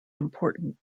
important